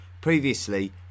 previously